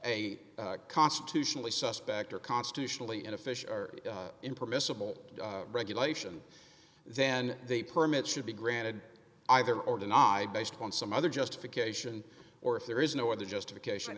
a constitutionally suspect or constitutionally an official in permissible regulation then they permit should be granted either or denied based on some other justification or if there is no other justification